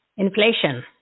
Inflation